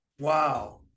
Wow